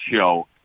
show